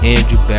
Andrew